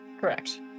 correct